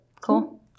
Cool